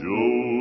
Joe